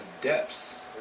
depths